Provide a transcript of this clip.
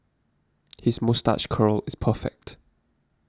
his moustache curl is perfect